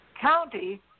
County